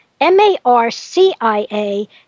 M-A-R-C-I-A